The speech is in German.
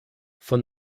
von